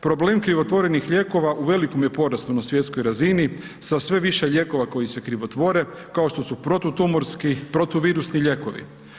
Problem krivotvorenih lijekova u velikom je porastu na svjetskoj razini sa sve više lijekova koji se krivotvore, kao što su protutumorski, protuvirusni lijekovi.